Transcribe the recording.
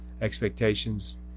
expectations